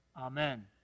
Amen